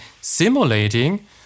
simulating